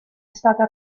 stata